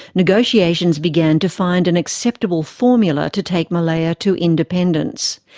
negotiations began to find an acceptable formula to take malaya to independence.